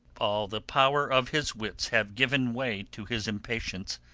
all the power of his wits have given way to his impatience